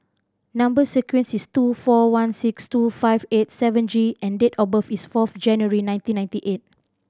number sequence is two four one six two five eight seven G and date of birth is fourth January nineteen ninety eight